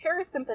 parasympathetic